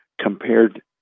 compared